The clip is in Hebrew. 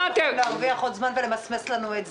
אבל לפחות להרוויח עוד זמן ולמסמס לנו את זה.